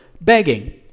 begging